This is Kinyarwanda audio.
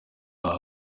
aha